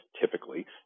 typically